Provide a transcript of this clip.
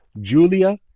Julia